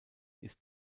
ist